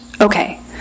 Okay